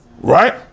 Right